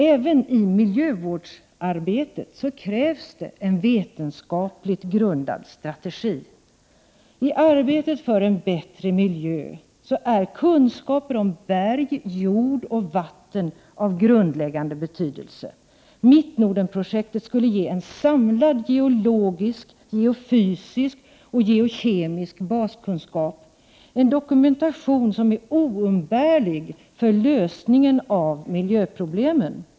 Även i miljövårdsarbetet krävs en vetenskapligt grundad strategi. I arbetet för en bättre miljö är kunskaper om berg, jord och vatten av grundläggande betydelse. Mittnordenprojektet skulle ge en samlad geologisk, geofysisk och geokemisk baskunskap, en dokumentation som är oumbärlig för lösningen av miljöproblemen.